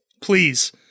please